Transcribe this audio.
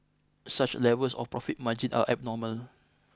such levels of profit margin are abnormal